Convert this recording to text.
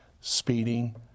speeding